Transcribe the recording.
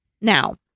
now